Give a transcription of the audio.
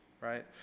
Right